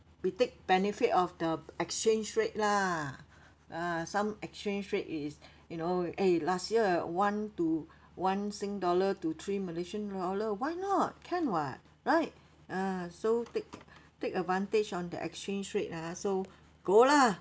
we take benefit of the exchange rate lah ah some exchange rate is you know eh last year one to one sing dollar to three malaysian dollar why not can [what] right ah so take take advantage on the exchange rate ah so go lah